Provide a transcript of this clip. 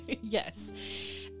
yes